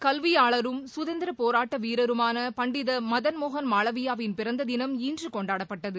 கல்வியாளரும் சுதந்திரப் போராட்ட வீரருமான பண்டித மதன் மோகன் மாளவியாவின் பிறந்த தினம் இன்று கொண்டாடப்பட்டது